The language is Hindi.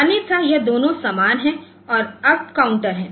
अन्यथा यह दोनों समान है और अप काउंटर है